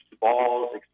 balls